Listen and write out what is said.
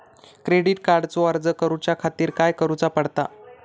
Credit कार्डचो अर्ज करुच्या खातीर काय करूचा पडता?